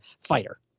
fighter